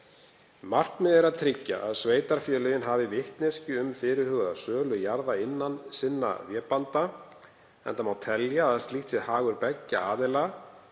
Markmiðið er að tryggja að sveitarfélög hafi vitneskju um fyrirhugaða sölu jarða innan sinna vébanda enda má telja að slíkt sé hagur beggja aðila,